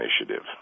initiative